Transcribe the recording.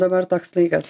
dabar toks laikas